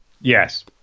Yes